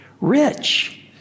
Rich